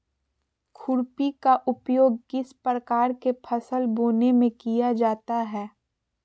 खुरपी का उपयोग किस प्रकार के फसल बोने में किया जाता है?